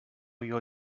your